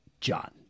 John